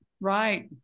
Right